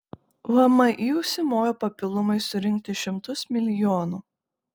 vmi užsimojo papildomai surinkti šimtus milijonų